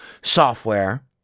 software